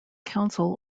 council